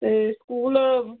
ਅਤੇ ਸਕੂਲ